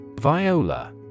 Viola